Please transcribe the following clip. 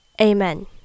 Amen